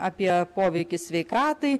apie poveikį sveikatai